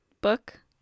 book